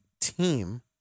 team